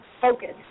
focused